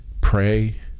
pray